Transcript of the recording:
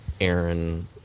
Aaron